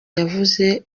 yaranze